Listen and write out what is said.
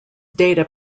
data